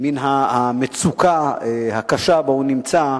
מן המצוקה הקשה שבה הוא נמצא,